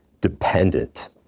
dependent